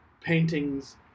paintings